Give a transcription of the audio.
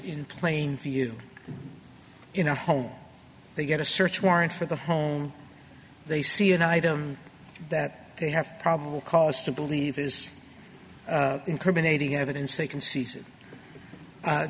in plain view in a home they get a search warrant for the home they see an item that they have probable cause to believe is incriminating evidence they can se